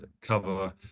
cover